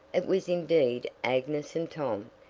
it was indeed agnes and tom,